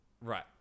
Right